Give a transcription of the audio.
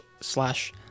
slash